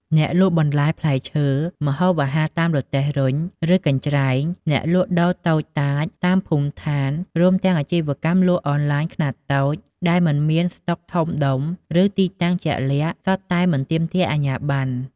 អ្នកលក់បន្លែ ផ្លែឈើ ម្ហូបអាហារតាមរទេះរុញ ឬកញ្ច្រែង អ្នកលក់ដូរតូចតាចតាមភូមិឋាន រួមទាំងអាជីវកម្មលក់អនឡាញខ្នាតតូចដែលមិនមានស្តុកធំដុំ ឬទីតាំងជាក់លាក់ សុទ្ធតែមិនទាមទារអាជ្ញាប័ណ្ណ។